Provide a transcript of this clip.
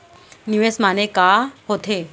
निवेश माने का होथे?